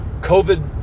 COVID